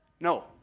No